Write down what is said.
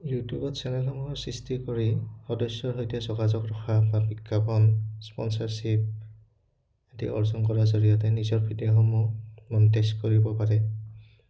ইউটিউবত চেনেলসমূহৰ সৃষ্টি কৰি সদস্যৰ সৈতে যোগাযোগ ৰখা বা বিজ্ঞাপন স্পনচৰশ্বিপ আদি অৰ্জন কৰাৰ জৰিয়তে নিজৰ ভিডিঅ'সমূহ মনটেচ কৰিব পাৰে